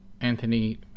Anthony